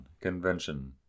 convention